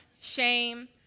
shame